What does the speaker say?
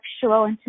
sexual